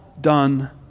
done